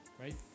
right